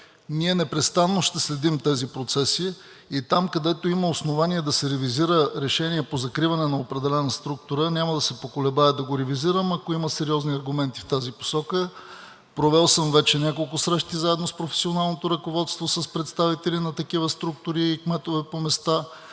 ние непрестанно ще следим тези процеси. Там, където има основание да се ревизира решение по закриване на определена структура, няма да се поколебая да го ревизирам, ако има сериозни аргументи в тази посока. Провел съм вече няколко срещи заедно с професионалното ръководство, с представители на такива структури и кметове по места.